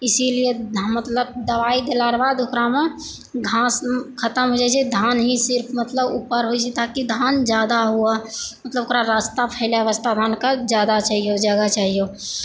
इसीलिये दबाई देला बाद ओकरामे घास खतम हे जाइ छै धान ही सिर्फ ऊपर होइ छै ताकि धान जादा हुए जे ओकरा वास्ते फैलै वास्ते जादा चाहियै जादा चाहियै